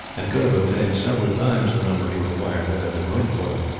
and could have obtained several times the number he required had there been room for them.